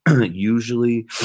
usually